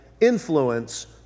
influence